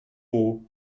gros